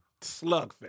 slugfest